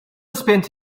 spent